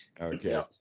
Okay